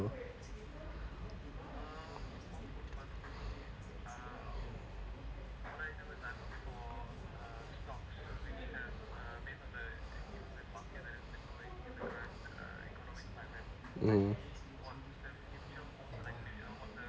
mm